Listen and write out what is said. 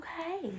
okay